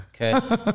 Okay